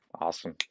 Awesome